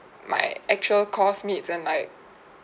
my actual course meets and like